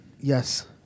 Yes